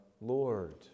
Lord